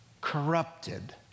corrupted